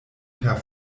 per